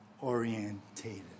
orientated